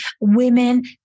women